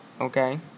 Okay